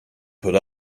put